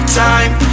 time